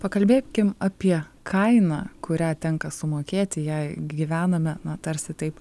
pakalbėkim apie kainą kurią tenka sumokėti jei gyvename na tarsi taip